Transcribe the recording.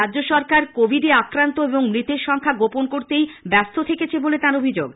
রাজ্য সরকার কোভিডে আক্রান্ত এবং মৃতের সংখ্যা গোপন করতেই ব্যস্ত থেকেছে বলে তার অভিযোগ